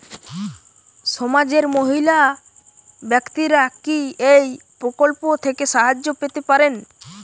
সমাজের মহিলা ব্যাক্তিরা কি এই প্রকল্প থেকে সাহায্য পেতে পারেন?